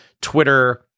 Twitter